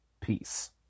Peace